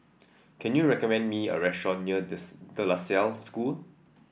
can you recommend me a restaurant near Des De La Salle School